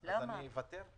אז אני אוותר?